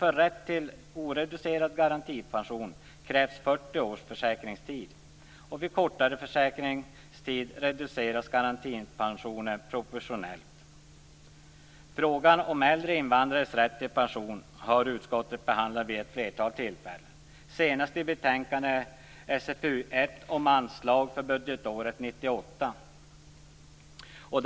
För rätt till oreducerad garantipension krävs 40 års försäkringstid. Vid kortare försäkringstid reduceras garantipensionen proportionellt. Utskottet har behandlat frågan om äldre invandrares rätt till pension vid ett flertal tillfällen, senast i betänkande SfU1 om anslag för budgetåret 1998.